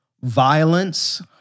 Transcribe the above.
violence